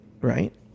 right